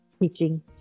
teaching